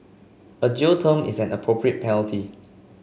a jail term is an appropriate penalty